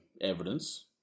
evidence